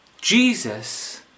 Jesus